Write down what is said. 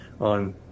on